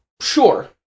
Sure